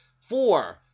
four